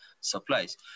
supplies